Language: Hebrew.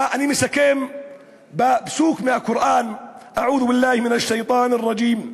ואני מסכם בפסוק מהקוראן: (אומר דברים בשפה הערבית,